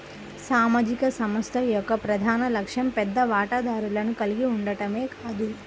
సామాజిక సంస్థ యొక్క ప్రధాన లక్ష్యం పెద్ద వాటాదారులను కలిగి ఉండటమే కాదు